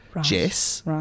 Jess